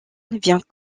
vient